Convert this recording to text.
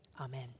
Amen